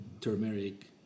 turmeric